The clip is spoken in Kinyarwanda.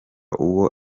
uwo